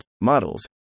models